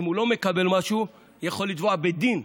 ואם הוא לא מקבל משהו הוא יכול לתבוע בדין,